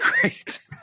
great